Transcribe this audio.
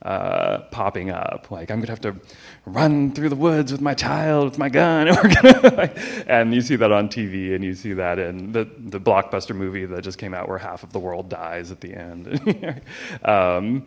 keep popping up like i'm gonna have to run through the woods with my child my god and you see that on tv and you see that in the blockbuster movie that just came out where half of the world dies at the end